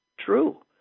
true